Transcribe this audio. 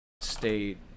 state